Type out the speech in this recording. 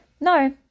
No